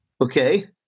Okay